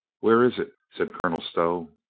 where is it? said colonel stow.